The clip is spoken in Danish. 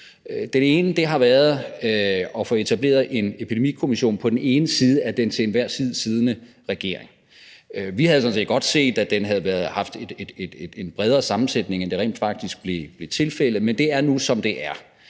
Den ene har været at få etableret en epidemikommission på den ene side af den til enhver tid siddende regering. Vi havde sådan set gerne set, at den havde haft en bredere sammensætning, end det rent faktisk blev tilfældet, men det er nu, som det er.